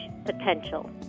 Potential